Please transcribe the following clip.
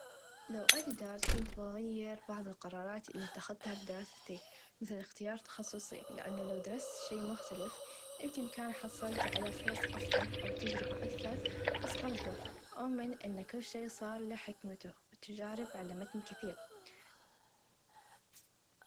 لو أقدر كنت بغير بعض القرارات إلي إتخذتها في دراستي مثل إختيار تخصصي لأنه لو درست شئ مختلف يمكن كان حصلت على فرص أفظل أو تچربه أكثر بس برظه أؤمن أن كل شئ صار له حكمته و التچارب علمتني كثير.